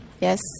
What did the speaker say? Yes